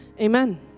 Amen